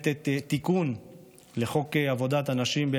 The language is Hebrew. תיקון לחוק עבודת הנשים,